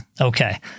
Okay